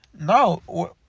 No